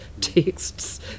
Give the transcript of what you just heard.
texts